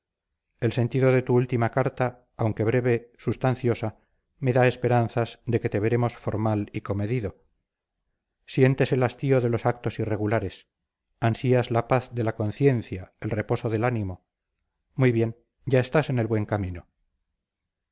el sentido de tu última carta aunque breve substanciosa me da esperanzas de que te veremos formal y comedido sientes el hastío de los actos irregulares ansías la paz de la conciencia el reposo del ánimo muy bien ya estás en el buen camino se